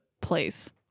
place